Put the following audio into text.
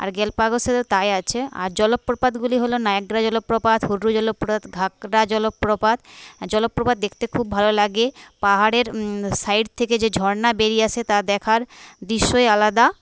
আর গ্যালাপাগোসেও তাই আছে আর জলপ্রপাতগুলি হলো নায়গ্রা জলপ্রপাত হুড্রু জলপ্রপাত ঘাঘরা জলপ্রপাত জলপ্রপাত দেখতে খুব ভালো লাগে পাহাড়ের সাইড থেকে যে ঝরনা বেরিয়ে আসে তা দেখার দৃশ্যই আলাদা